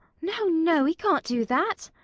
no, no. he can't do that.